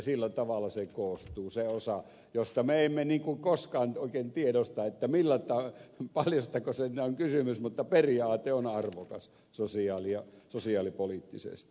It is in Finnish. sillä tavalla koostuu se osa josta me emme oikein koskaan tiedosta paljostako siinä on kysymys mutta periaate on arvokas sosiaalipoliittisesti